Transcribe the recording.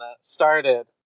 started